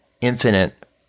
infinite